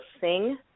sing